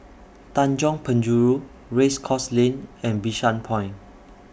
Tanjong Penjuru Race Course Lane and Bishan Point